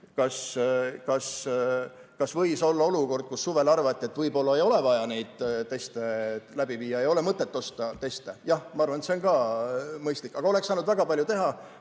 Kas võis olla olukord, kus suvel arvati, et võib-olla ei ole vaja neid teste teha, ei ole mõtet teste osta? Jah, ma arvan, et see on ka võimalik, aga oleks saanud väga palju teha,